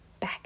back